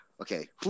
Okay